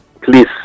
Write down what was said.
Please